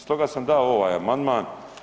Stoga sam dao ovaj amandman.